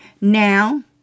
Now